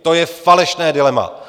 To je falešné dilema!